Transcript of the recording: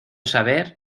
saber